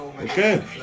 Okay